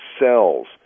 cells